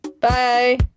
Bye